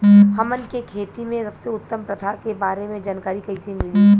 हमन के खेती में सबसे उत्तम प्रथा के बारे में जानकारी कैसे मिली?